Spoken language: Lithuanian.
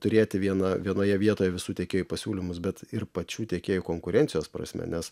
turėti vieną vienoje vietoj visų tiekėjų pasiūlymus bet ir pačių tiekėjų konkurencijos prasme nes